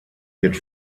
wird